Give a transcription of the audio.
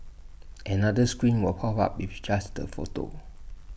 another screen will pop up with just the photo